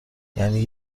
یعنی